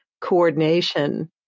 coordination